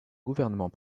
gouvernement